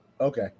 okay